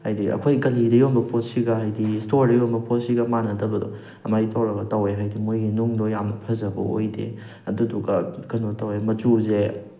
ꯍꯥꯏꯗꯤ ꯑꯩꯈꯣꯏ ꯒꯂꯤꯗ ꯌꯣꯟꯕ ꯄꯣꯠꯁꯤꯒ ꯍꯥꯏꯗꯤ ꯏꯁꯇꯣꯔꯗ ꯌꯣꯟꯕ ꯄꯣꯠꯁꯤꯒ ꯃꯥꯟꯅꯗꯕꯗꯣ ꯑꯗꯨꯃꯥꯏꯅ ꯇꯧꯔꯒ ꯇꯧꯋꯦ ꯍꯥꯏꯗꯤ ꯃꯣꯏꯒꯤ ꯅꯨꯡꯗꯣ ꯌꯥꯝꯅ ꯐꯖꯕ ꯑꯣꯏꯗꯦ ꯑꯗꯨꯗꯨꯒ ꯀꯩꯅꯣ ꯇꯧꯋꯦ ꯃꯆꯨꯁꯦ